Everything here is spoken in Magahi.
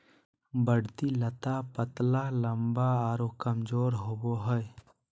बढ़ती लता पतला लम्बा आरो कमजोर होबो हइ